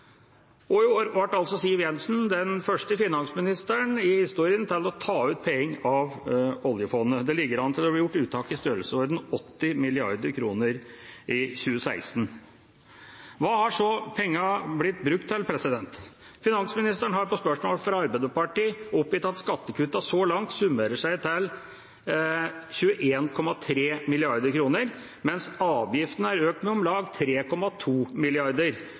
Og i år ble altså Siv Jensen den første finansministeren i historien til å ta penger ut av oljefondet. Det ligger an til å bli gjort uttak i størrelsesorden 80 mrd. kr i 2016. Hva er så pengene blitt brukt til? Finansministeren har på spørsmål fra Arbeiderpartiet oppgitt at skattekuttene så langt summerer seg til 21,3 mrd. kr, mens avgiftene er økt med om lag 3,2